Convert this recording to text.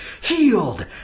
healed